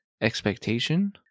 expectation